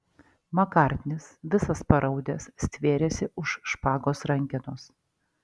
makartnis visas paraudęs stvėrėsi už špagos rankenos